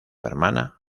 hermana